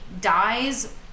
dies